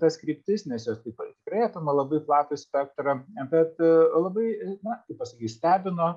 tas kryptis nes jos taip aprėpia labai platų spektrą bet labai na kaip pasakyt stebino